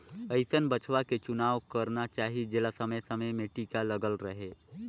अइसन बछवा के चुनाव करना चाही जेला समे समे में टीका लगल रहें